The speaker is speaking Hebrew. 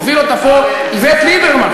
הוביל אותה פה איווט ליברמן,